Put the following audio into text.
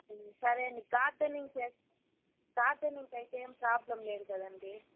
సరే ఆండీ గార్డెనింగ్ చేస్తేగార్డెనింగ్కి అయితే ఏం ప్రాబ్లమ్ లేదు కదండీ